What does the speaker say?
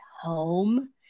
home